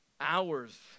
hours